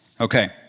Okay